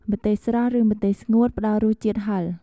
ម្ទេសស្រស់ ឬម្ទេសស្ងួត ផ្តល់រសជាតិហឹរ ។